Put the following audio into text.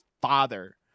father